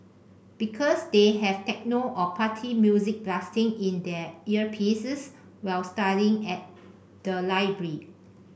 because they have techno or party music blasting in their earpieces while studying at the library